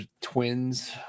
twins